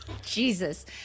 Jesus